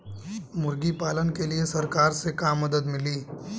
मुर्गी पालन के लीए सरकार से का मदद मिली?